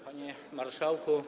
Panie Marszałku!